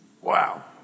wow